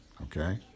okay